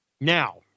Now